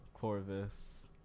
Corvus